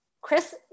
Chris